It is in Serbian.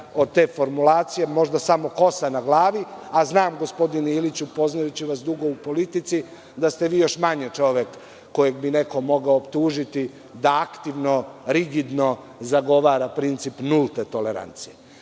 od te formulacije možda samo kosa na glavi. Znam gospodine Iliću, poznajući vas dugo u politici da ste vi još manje čovek kojeg bi neko mogao optužiti da aktivno, rigidno zagovara princip nulte tolerancije.